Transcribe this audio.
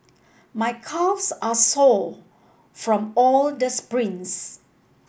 my calves are sore from all the sprints